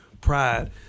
pride